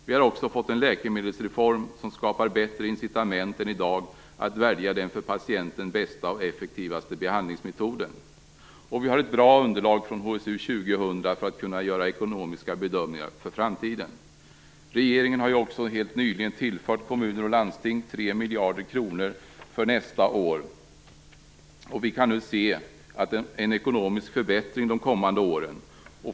Vi har också fått en läkemedelsreform som skapar bättre incitament än som gäller i dag för att välja den för patienten bästa och effektivaste behandlingsmetoden. Vi har ett bra underlag från HSU 2000 för att kunna göra ekonomiska bedömningar för framtiden. Regeringen har ju också helt nyligen tillfört kommuner och landsting 3 miljarder kronor för nästa år. Vi kan alltså se en ekonomisk förbättring under de kommande åren.